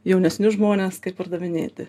jaunesnius žmones kaip pardavinėti